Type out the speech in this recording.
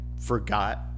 forgot